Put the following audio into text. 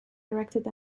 erected